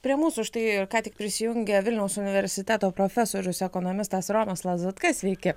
prie mūsų štai ką tik prisijungė vilniaus universiteto profesorius ekonomistas romas lazutka sveiki